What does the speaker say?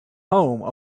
home